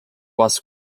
was